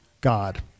God